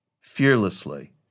fearlessly